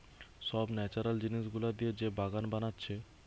সব ন্যাচারাল জিনিস গুলা দিয়ে যে বাগান বানাচ্ছে